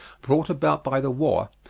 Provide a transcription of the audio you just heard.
brought about by the war,